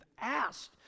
asked